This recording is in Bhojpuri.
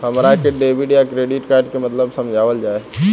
हमरा के डेबिट या क्रेडिट कार्ड के मतलब समझावल जाय?